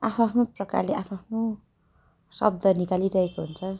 आफ्नो आफ्नो प्राकरले आफ्नो आफ्नो शब्द निकालिरहेको हुन्छ